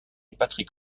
patrick